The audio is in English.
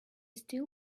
still